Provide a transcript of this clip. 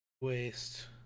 waste